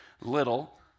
little